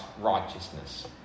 righteousness